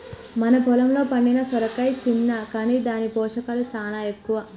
మన పొలంలో పండిన సొరకాయ సిన్న కాని దాని పోషకాలు సాలా ఎక్కువ